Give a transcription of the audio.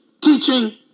teaching